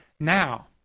Now